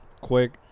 Quick